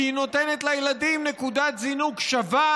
כי היא נותנת לילדים נקודת זינוק שווה